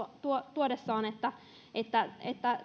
tuodessaan että että